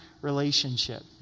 relationship